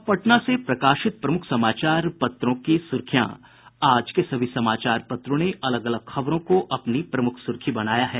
अब पटना से प्रकाशित प्रमुख समाचार पत्रों की सुर्खियां आज के सभी समाचार पत्रों ने अलग अलग खबरों को अपनी प्रमुख सुर्खी बनाया है